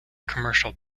commercial